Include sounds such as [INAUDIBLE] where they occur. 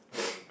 [NOISE]